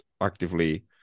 actively